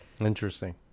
interesting